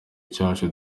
cyacu